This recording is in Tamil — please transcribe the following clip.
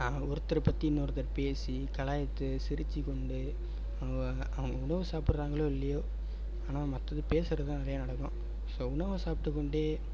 ஒருத்தர் பற்றி இன்னொருத்தர் பேசி கலாய்த்து சிரித்து கொண்டு அவ அவங்களும் சாப்பிட்றங்களோ இல்லையோ ஆனால் மற்றது பேசுறது தான் நிறையா நடக்கும் ஸோ உணவை சாப்பிட்டு கொண்டே